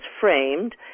framed